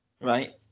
Right